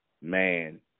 Man